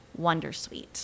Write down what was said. wondersuite